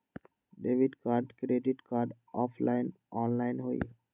Debit card credit card offline online होई?